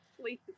please